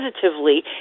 positively